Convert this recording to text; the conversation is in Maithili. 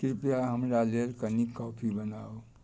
कृपया हमरा लेल कनि कॉफी बनाउ